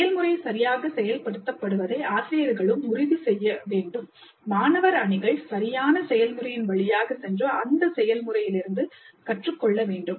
செயல்முறை சரியாக செயல்படுத்தப்படுவதை ஆசிரியர்களும் உறுதிப்படுத்த வேண்டும் மாணவர் அணிகள் சரியான செயல்முறையின் வழியாகச் சென்று அந்த செயல்முறையிலிருந்து கற்றுக்கொள்ள வேண்டும்